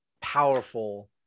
powerful